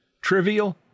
Trivial